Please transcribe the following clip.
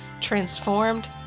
Transformed